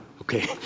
Okay